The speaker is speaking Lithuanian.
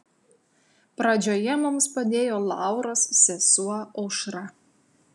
pradžioje mums padėjo lauros sesuo aušra